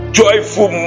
joyful